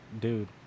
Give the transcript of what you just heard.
Dude